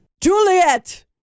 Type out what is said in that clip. Juliet